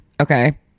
okay